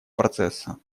процесса